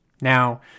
Now